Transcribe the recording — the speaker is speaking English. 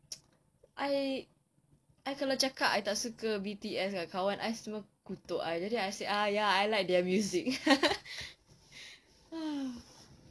I I kalau cakap I tak suka B_T_S kan kawan I semua kutuk I jadi I say ah ya I like their music